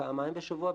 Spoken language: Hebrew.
לפעמיים בשבוע.